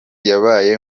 yabaye